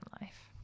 life